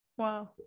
wow